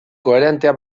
koherentea